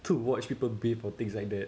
to watch people bathe or things like that